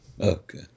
Okay